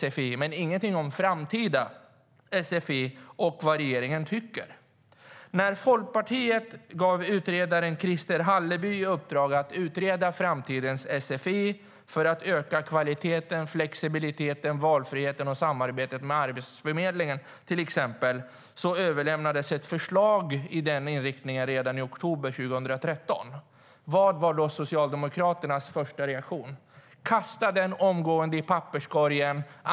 Men det stod ingenting om framtidens sfi eller om vad regeringen tycker. Folkpartiet gav utredaren Christer Hallerby i uppdrag att utreda framtidens sfi för att öka kvaliteten, flexibiliteten, valfriheten och samarbetet med till exempel Arbetsförmedlingen. Ett förslag i den riktningen överlämnades redan i oktober 2013. Vad var Socialdemokraternas första reaktion? Jo: Kasta det omgående i papperskorgen!